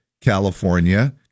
California